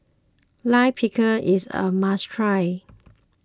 Lime Pickle is a must try